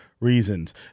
reasons